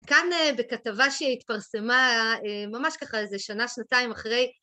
כאן בכתבה שהתפרסמה ממש ככה איזה שנה שנתיים אחרי